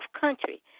country